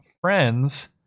friends